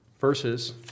verses